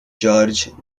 george